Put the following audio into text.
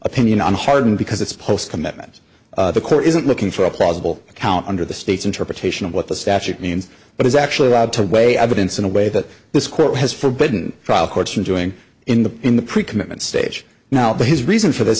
opinion on harden because its post commitment the clear isn't looking for a possible account under the state's interpretation of what the statute means but is actually allowed to weigh evidence in a way that this court has forbidden trial courts are doing in the in the pre commitment stage now but his reason for this